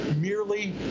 merely